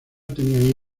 tenía